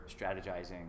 strategizing